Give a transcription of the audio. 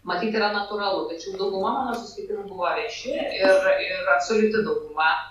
matyt yra natūralu tačiau dauguma mano susitikimų buvo vieši ir ir absoliuti dauguma